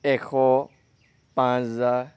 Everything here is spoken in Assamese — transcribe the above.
এশ পাঁচ হাজাৰ